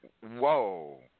Whoa